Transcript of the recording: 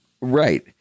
right